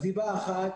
הסיבה האחת,